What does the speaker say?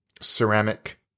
ceramic